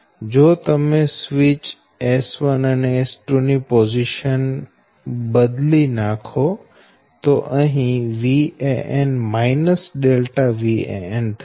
જો તમે switch S1 અને S2 ની પોઝીશન બદલી નાખવામાં આવે તો અહી Van ΔVan થશે